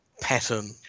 pattern